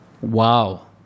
Wow